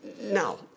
Now